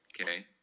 okay